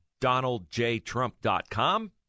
donaldjtrump.com